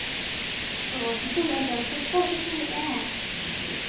ᱚᱸᱻ ᱥᱤᱛᱩᱝ ᱮᱜ ᱟᱭ ᱥᱮ ᱵᱟᱝ ᱥᱚᱠᱛᱚ ᱥᱤᱛᱩᱝ ᱮᱜ ᱟᱭ